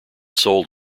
sold